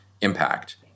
impact